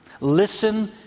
Listen